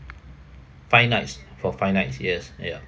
five nights for five nights yes yeah